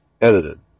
Edited